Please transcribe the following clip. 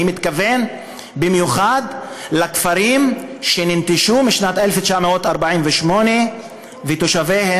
אני מתכוון במיוחד לכפרים שננטשו בשנת 1948 ותושביהם